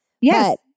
Yes